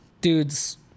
Dude's